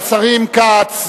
השרים כץ,